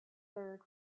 third